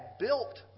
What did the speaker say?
built